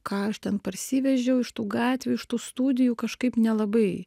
ką aš ten parsivežiau iš tų gatvių iš tų studijų kažkaip nelabai